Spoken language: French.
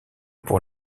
pour